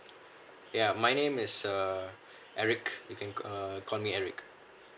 ya my name is uh eric you can uh call me eric